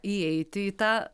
įeiti į tą